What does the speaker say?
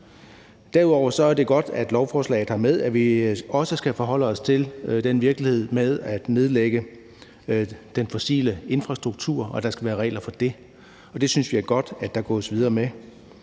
Derudover er det godt, at lovforslaget har med, at vi også skal forholde os til den virkelighed, at den fossile infrastruktur skal nedlægges, og at der skal være regler for det. Det synes vi er godt at der gås videre med.